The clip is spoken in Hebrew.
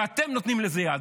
ואתם נותנים לזה יד,